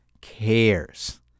cares